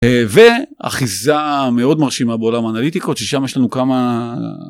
ואחיזה מאוד מרשימה בעולם האנליטיקות ששם יש לנו כמה.